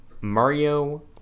Mario